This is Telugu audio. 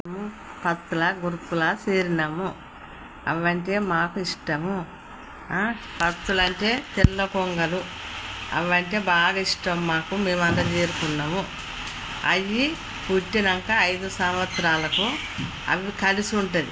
కత్తుల గ్రూపులో చేరాము అవంటే మాకు ఇష్టము కత్తులంటే తెల్ల కొంగలు అవంటే బాగా ఇష్టం మాకు మేమంత చేరుకున్నాము అవి పుట్టాక ఐదు సంవత్సరాలకు అవి కలిసి ఉంటుంది